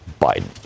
Biden